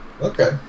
Okay